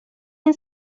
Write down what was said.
این